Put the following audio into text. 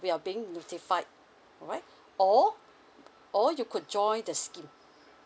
we are being notified alright or or you could join the scheme